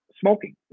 smoking